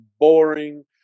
boring